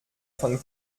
von